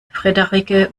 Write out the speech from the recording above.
frederike